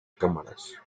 cámaras